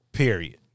Period